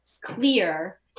clear